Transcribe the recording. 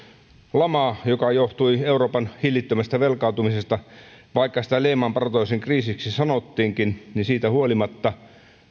lama johtui euroopan hillittömästä velkaantumisesta vaikka sitä lehman brothersin kriisiksi sanottiinkin niin siitä huolimatta